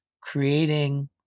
creating